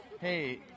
Hey